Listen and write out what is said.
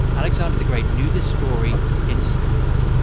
alexander the great knew this story inside out.